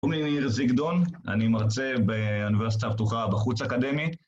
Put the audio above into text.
קוראים לי ניר זיגדון, אני מרצה באוניברסיטה הבטוחה בחוץ אקדמי